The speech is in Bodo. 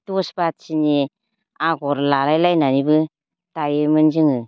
दस बाथिनि आगर लालाय लायनानैबो दायोमोन जोङो